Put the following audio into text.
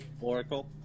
Oracle